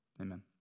Amen